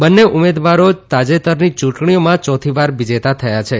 બંને ઉમેદવાર તાજેતરની ચુંટણીઓમાં યાથીવાર વિજેતા થયા છે